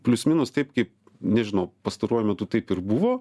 plius minus taip kaip nežinau pastaruoju metu taip ir buvo